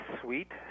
sweet